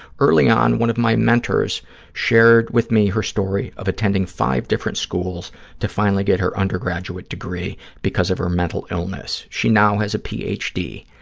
early on, one of my mentors shared with me her story of attending five different schools to finally get her undergraduate degree because of her mental illness. she now has a ph. d.